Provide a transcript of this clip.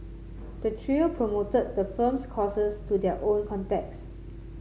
the trio promoted the firm's courses to their own contacts